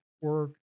work